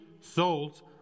souls